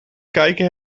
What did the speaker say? kijken